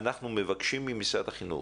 אנחנו מבקשים ממשרד החינוך,